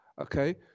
okay